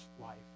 life